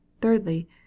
Thirdly